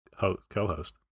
co-host